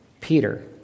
peter